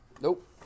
Nope